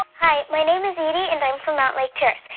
hi. my name is edie, and i'm from mountlake terrace.